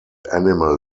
animal